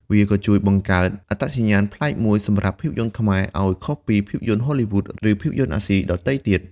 វាក៏ជួយបង្កើតអត្តសញ្ញាណប្លែកមួយសម្រាប់ភាពយន្តខ្មែរឲ្យខុសពីភាពយន្តហូលីវូដ ឬភាពយន្តអាស៊ីដទៃទៀត។